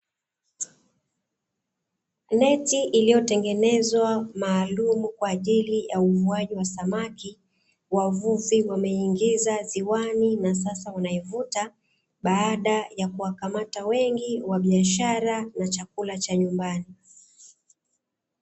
Neti iliyotengenezwa maalumu kwa ajili ya uvuaji wa samaki, wavuvi wameingiza ziwani na sasa wanaivuta baada ya kuwakamata wengi kwa biashara na chakula cha nyumbani.